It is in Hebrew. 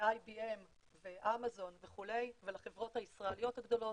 ו-IBM ואמזון וכולי והחברות הישראליות הגדולות,